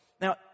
Now